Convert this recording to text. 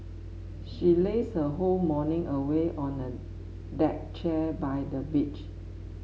she lazed her whole morning away on a deck chair by the beach